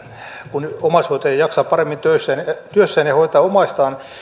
kun omaishoitaja jaksaa paremmin työssään työssään ja hoitaa omaistaan